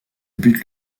but